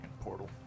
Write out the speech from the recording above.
portal